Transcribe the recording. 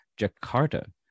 Jakarta